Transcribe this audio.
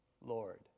Lord